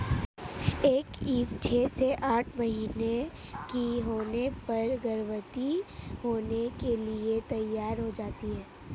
एक ईव छह से आठ महीने की होने पर गर्भवती होने के लिए तैयार हो जाती है